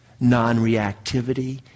non-reactivity